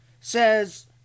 says